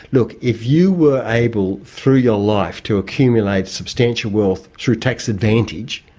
look, if you were able through your life to accumulate substantial wealth through tax advantage,